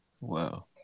Wow